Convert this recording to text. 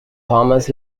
thomas